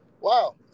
Wow